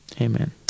Amen